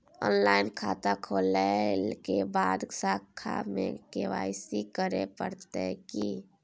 Online खाता खोलै के बाद शाखा में के.वाई.सी करे परतै की?